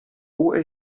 osi